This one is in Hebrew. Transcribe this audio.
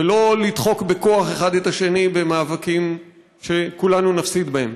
ולא לדחוק בכוח אחד את השני במאבקים שכולנו נפסיד בהם.